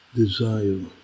desire